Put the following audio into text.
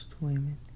women